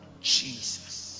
Jesus